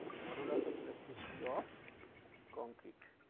modulus of elasticity of concrete,